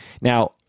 Now